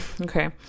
Okay